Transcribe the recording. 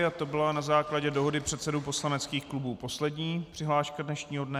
A to byla na základě dohody předsedů poslaneckých klubů poslední přihláška dnešního dne.